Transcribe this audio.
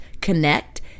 connect